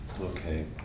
Okay